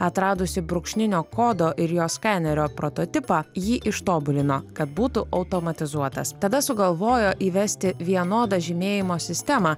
atradusi brūkšninio kodo ir jo skenerio prototipą jį ištobulino kad būtų automatizuotas tada sugalvojo įvesti vienodą žymėjimo sistemą